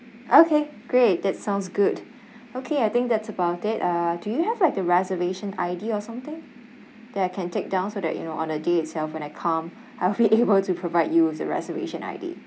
okay great that sounds good okay I think that's about it uh do you have like the reservation I_D or something that I can take down so that you know on the day itself when I come I'll be able to provide you the reservation id